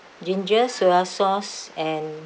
ginger soy sauce and